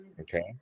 okay